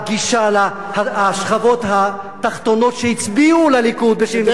השכבות התחתונות שהצביעו לליכוד ב-1977.